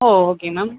O okay ma'am